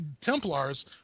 Templars